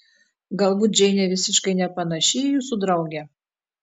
galbūt džeinė visiškai nepanaši į jūsų draugę